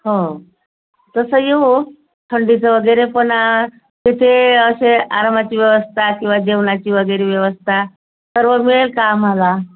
हो तसं येऊ थंडीचं वगैरे पण तिथे असे आरामाची व्यवस्था किंवा जेवणाची वगैरे व्यवस्था सर्व मिळेल का आम्हाला